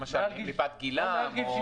למשל מפאת גילם.